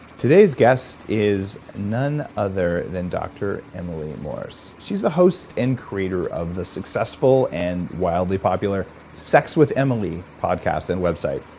today's guest is none other than dr. emily morse. she's the host and creator of the successful and wildly popular sex with emily podcast and website,